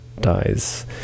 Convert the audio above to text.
dies